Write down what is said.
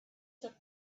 took